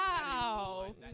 Wow